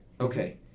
Okay